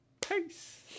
Peace